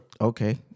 Okay